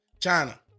China